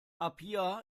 apia